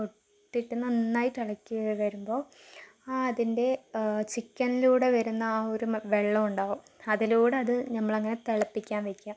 കൊട്ടിട്ട് നന്നായിട്ട് ഇളക്കി വരുമ്പോൾ ആ അതിൻ്റെ ചിക്കനിലൂടെ വരുന്ന ആ ഒരു മ് വെള്ളം ഉണ്ടാകും അതിലൂടെ അത് നമ്മൾ അങ്ങനെ തിളപ്പിക്കാൻ വെക്കുക